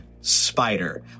spider